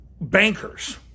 bankers